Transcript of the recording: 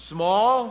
Small